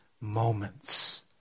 moments